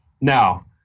Now